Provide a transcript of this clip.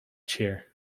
cheer